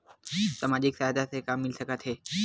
सामाजिक सहायता से का मिल सकत हे?